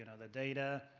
and the data.